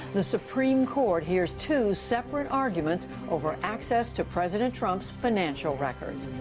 the supreme court hears two separate arguments over access to president trump's financial records.